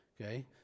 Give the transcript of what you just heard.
Okay